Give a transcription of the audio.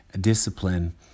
discipline